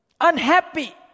unhappy